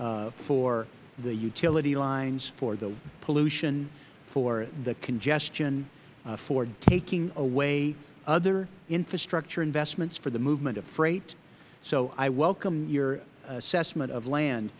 consequences for the utility lines for the pollution for the congestion for taking away other infrastructure investments for the movement of freight so i welcome your assessment of land